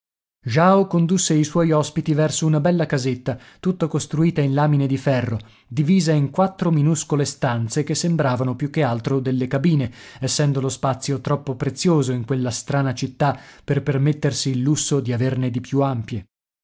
jao condusse i suoi ospiti verso una bella casetta tutta costruita in lamine di ferro divisa in quattro minuscole stanze che sembravano più che altro delle cabine essendo lo spazio troppo prezioso in quella strana città per permettersi il lusso di averne di più ampie